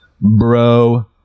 bro